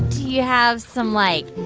you have some, like,